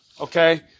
okay